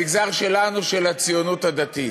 המגזר שלנו, של הציונות הדתית.